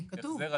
כרטיס.